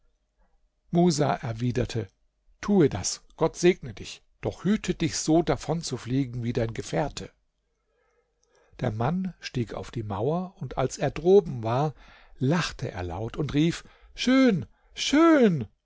musa erwiderte tue das gott segne dich doch hüte dich so davonzufliegen wie dein gefährte der mann stieg auf die mauer und als er droben war lachte er laut und rief schön schön